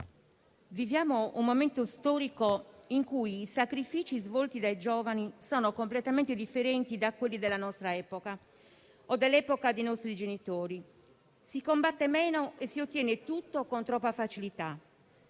viviamo un momento storico in cui i sacrifici fatti dai giovani sono completamente differenti da quelli della nostra epoca o dell'epoca dei nostri genitori. Si combatte meno e si ottiene tutto con troppa facilità.